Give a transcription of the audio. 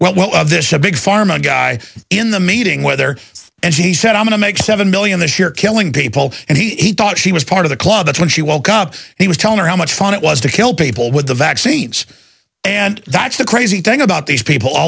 well of this a big pharma guy in the meeting weather and he said i'm going to make seven million this year killing people and he thought she was part of the club that when she woke up he was telling her how much fun it was to kill people with the vaccines and that's the crazy thing about these people a